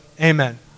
Amen